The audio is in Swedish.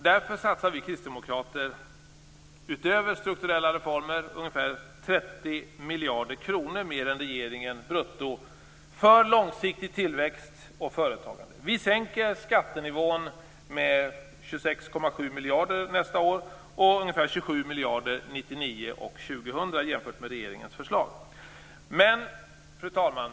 Därför satsar vi kristdemokrater, utöver strukturella reformer, ungefär 30 miljarder kronor mer än regeringen brutto för långsiktig tillväxt och företagande. Vi sänker skattenivån med 26,7 miljarder nästa år och ungefär 27 miljarder år 1999 och 2000 jämfört med regeringens förslag. Fru talman!